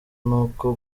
n’uko